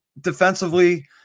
defensively